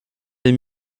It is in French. les